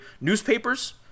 newspapers